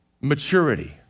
maturity